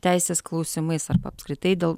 teisės klausimais arba apskritai dėl